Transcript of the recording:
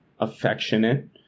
affectionate